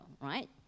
right